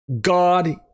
god